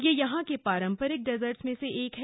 यह यहां के पारंपरिक डेसर्ट में से एक है